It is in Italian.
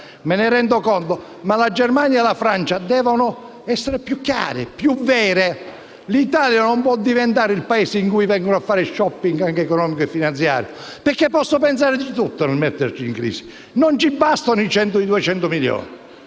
Me ne rendo conto, ma la Germania e la Francia devono essere più chiare e più vere. L'Italia non può diventare il Paese in cui vengono a fare *shopping*, anche economico e finanziario, perché possono pensare di tutto nel metterci in crisi. Non ci bastano 100 o 200 milioni,